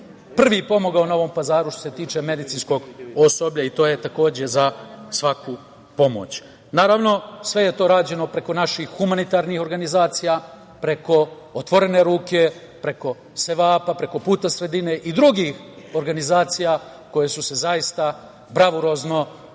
prvi pomogao Novom Pazaru što se tiče medicinskog osoblja i to je takođe za svaku pomoć. Naravno, sve je to rađeno preko naših humanitarnih organizacija, preko otvorene ruke, preko sevapa, preko puta sredine i drugih organizacija koje su se zaista bravurozno